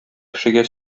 кешегә